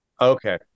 okay